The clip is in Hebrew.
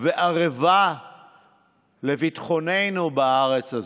וערבה לביטחוננו בארץ הזאת.